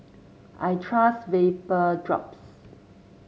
I trust Vapodrops